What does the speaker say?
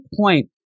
point